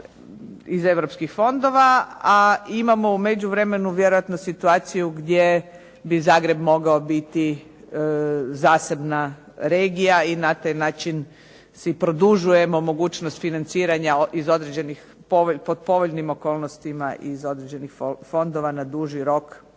iz europskih fondova a imamo u međuvremenu vjerojatno situaciju gdje bi Zagreb mogao biti zasebna regija i na taj način si produžujemo mogućnost financiranja iz određenih pod povoljnim okolnostima fondova na duži rok